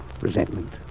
resentment